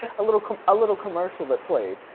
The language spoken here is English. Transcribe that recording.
ah little ah little commercial that played,